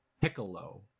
piccolo